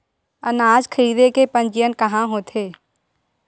अनाज खरीदे के पंजीयन कहां होथे?